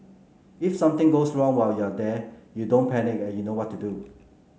if something goes wrong while you're there you don't panic and you know what to do